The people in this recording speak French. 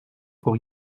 pour